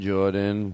Jordan